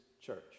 church